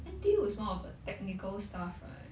N_T_U is more of the technical stuff right